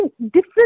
different